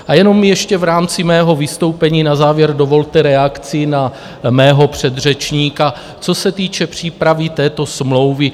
A jenom ještě v rámci mého vystoupení na závěr dovolte reakci na mého předřečníka, co se týče přípravy této smlouvy.